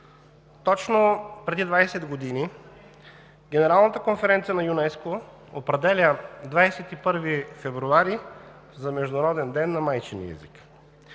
Точно преди 20 години Генералната конференция на ЮНЕСКО определя 21 февруари за Международен ден на майчиния език.